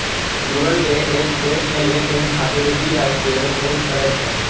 Google Pay app देश मे लेनदेन खातिर यू.पी.आई के उपयोग करै छै